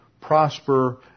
prosper